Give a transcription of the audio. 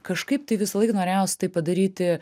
kažkaip tai visąlaik norėjos tai padaryti